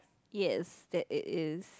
yes that it is